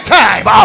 time